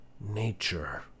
nature